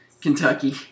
Kentucky